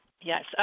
Yes